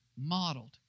modeled